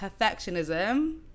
perfectionism